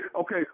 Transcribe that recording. Okay